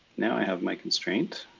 now i have my constraint,